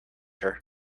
her